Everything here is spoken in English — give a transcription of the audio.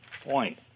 point